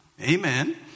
Amen